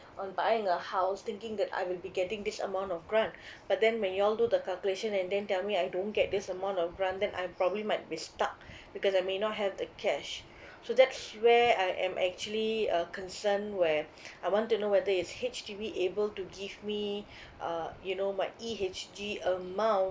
on buying a house thinking that I will be getting this amount of grant but then when you all do the calculation and then tell me I don't get this amount of grant then I probably might be stuck because I may not have the cash so that's where I am actually uh concerned where I want to know whether is H_D_B able to give me uh you know my E_H_G amount